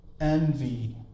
envy